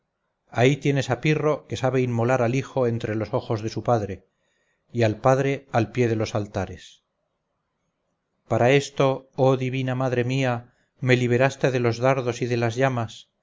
ahí tienes a pirro que sabe inmolar al hijo entre los ojos de su padre y al padre al pie de los altares para esto oh divina madre mía me libertaste de los dardos y de las llamas